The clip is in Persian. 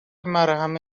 مرهم